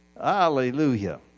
Hallelujah